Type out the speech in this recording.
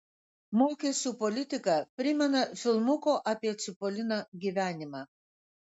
mokesčių politika primena filmuko apie čipoliną gyvenimą